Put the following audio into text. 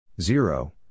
zero